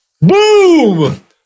Boom